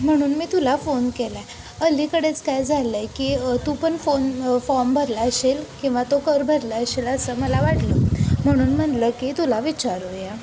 म्हणून मी तुला फोन केला आहे अलीकडेच काय झालं आहे की तू पण फोन फॉर्म भरला असेल किंवा तो कर भरला असेल असं मला वाटलं म्हणून म्हणलं की तुला विचारूया